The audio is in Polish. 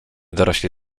dorośli